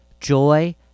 joy